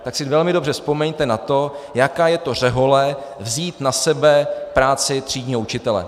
Tak si velmi dobře vzpomeňte na to, jaká je to řehole, vzít na sebe práci třídního učitele.